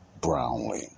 Brownlee